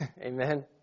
Amen